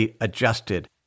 adjusted